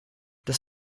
das